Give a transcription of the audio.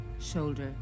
shoulder